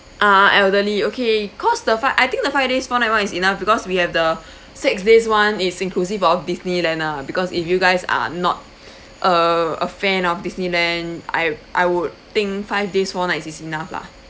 ah elderly okay cause the fi~ I think the five days one that one is enough because we have the six days one is inclusive of Disneyland ah because if you guys are not uh a fan of Disneyland I I would think five days four nights is enough lah